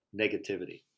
negativity